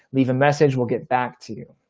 leave a message. we'll get back to you.